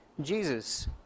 Jesus